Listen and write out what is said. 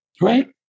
Right